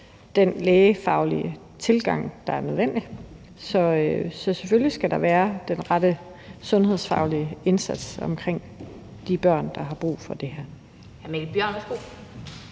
den lægefaglige tilgang, der er nødvendig. Så selvfølgelig skal der være den rette sundhedsfaglige indsats omkring de børn, der har brug for det her.